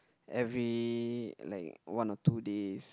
every like one or two days